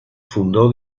fundó